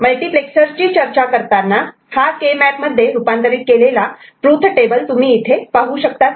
तर मल्टिप्लेक्सर ची चर्चा करताना हा के मॅप मध्ये रूपांतरित केलेला ट्रूथ टेबल तुम्ही इथे पाहू शकतात